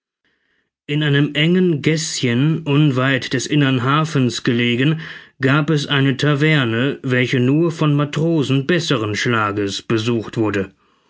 in einem engen gäßchen unweit des innern hafens gelegen gab es eine taverne welche nur von matrosen besseren schlages besucht wurde